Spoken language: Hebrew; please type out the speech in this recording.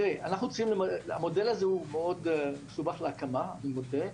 תראה, המודל הזה הוא מאד מסובך להקמה, אני מודה.